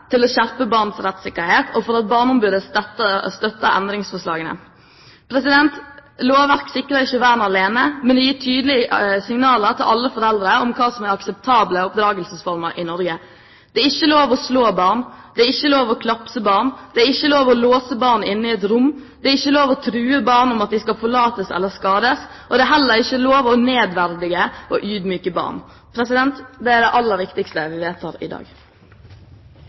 til å skjerpe barns rettssikkerhet, og for at barneombudet støtter endringsforslagene. Lovverket sikrer ikke vern alene, men det gir tydelige signaler til alle foreldre om hva som er akseptable oppdragelsesformer i Norge. Det er ikke lov å slå barn, det er ikke lov å klapse barn, det er ikke lov å låse barn inne i et rom, det er ikke lov å true barn med at de skal forlates eller skades, og det er heller ikke lov å nedverdige og ydmyke barn. Det er det aller viktigste vi vedtar i dag.